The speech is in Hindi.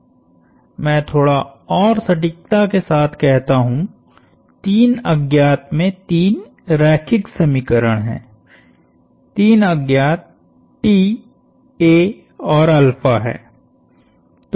मैं थोड़ा और सटीकता के साथ कहता हु तीन अज्ञात में तीन रैखिक समीकरण हैं तीन अज्ञात T a औरहैं